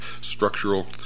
structural